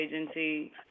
Agency